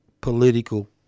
political